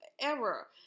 error